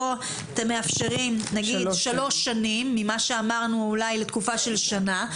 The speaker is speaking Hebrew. כאן אתם מאפשרים 3 שנים ממה שאמרנו אולי לתקופה של שנה,